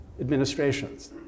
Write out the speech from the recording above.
administrations